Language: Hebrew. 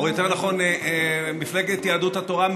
או יותר נכון מפלגת יהדות התורה,